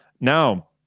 Now